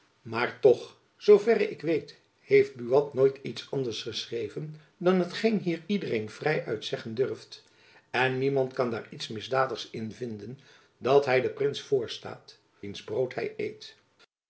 maar toch zoo verre ik weet heeft buat nooit iets anders geschreven dan hetgeen hier iedereen vrij uit zeggen durft en niemand kan daar iets misdadigs in vinden dat hy den prins voorstaat wiens brood hy eet